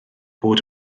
bod